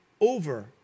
over